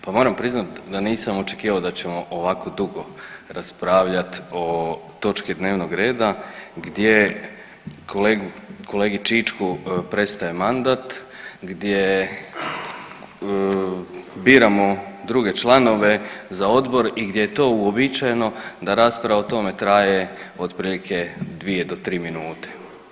Pa moram priznati da nisam očekivao da ćemo ovako dugo raspravljati o točki dnevnog reda gdje kolegi Čičku prestaje mandat, gdje biramo druge članove za odbor i gdje je to uobičajeno da rasprava o tome traje otprilike 2 do 3 minute.